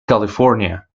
california